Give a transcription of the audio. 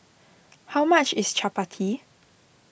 how much is Chapati